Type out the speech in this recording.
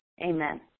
Amen